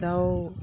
दाउ